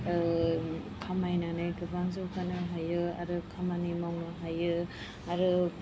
खामायनानै गोबां जौगानो हायो आरो खामानि मावनो हायो आरो